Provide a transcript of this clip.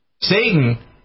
Satan